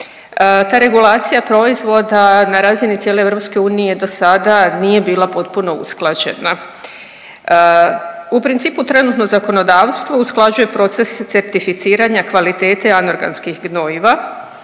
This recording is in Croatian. ta regulaciji proizvoda na razini cijele EU dosada nije bila potpuno usklađena. U principu trenutno zakonodavstvo usklađuje proces certificiranja kvalitete anorganskih gnojiva,